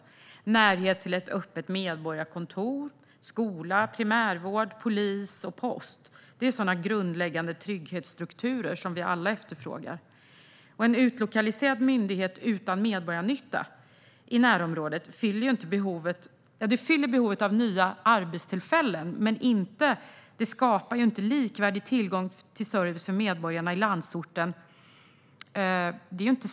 Det gäller närhet till ett öppet medborgarkontor, till skola, till primärvård, till polis och till postkontor. Det är grundläggande trygghetsstrukturer som vi alla efterfrågar. En utlokaliserad myndighet utan medborgarnytta i närområdet fyller visserligen behovet av nya arbetstillfällen, men det är inte säkert att det skapar en likvärdig tillgång till service för medborgarna i landsorten.